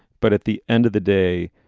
but at the end of the day,